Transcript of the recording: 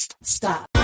Stop